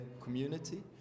community